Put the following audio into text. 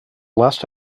last